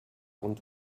und